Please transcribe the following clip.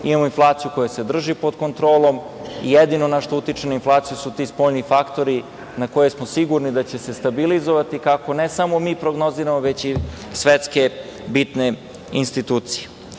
Imamo inflaciju koja se drži pod kontrolom i jedino šta utiče na inflaciju su ti spoljni faktori za koje smo sigurni da će se stabilizovati kako ne samo mi prognoziramo, već i svetske bitne institucije.